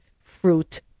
fruit